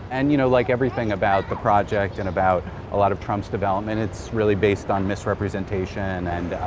and, you know, like everything about the project and about a lot of trump's development, it's really based on misrepresentation and,